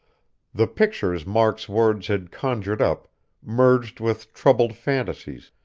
the pictures mark's words had conjured up merged with troubled phantasies,